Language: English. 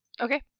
Okay